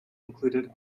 included